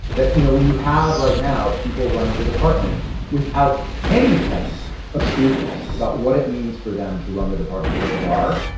that you know when you have right now people running the department without any sense of scruples about what it means for them to run the department the way they are,